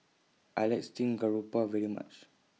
I like Steamed Garoupa very much